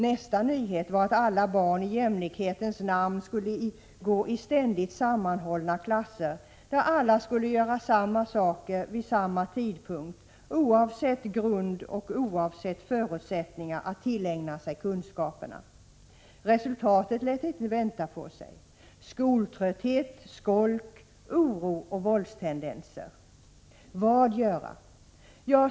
Nästa nyhet var att alla barn i jämlikhetens namn skulle gå i ständigt sammanhållna klasser där alla skulle göra samma saker vid samma tidpunkt oavsett grund och oavsett förutsättningar att tillägna sig kunskaperna. Resultatet lät inte vänta på sig — skoltrötthet, skolk, oro och våldstendenser. Vad göra?